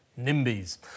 NIMBYs